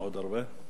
עוד הרבה?